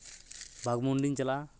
ᱵᱟᱜᱽᱢᱩᱱᱰᱤᱧ ᱪᱟᱞᱟᱜᱼᱟ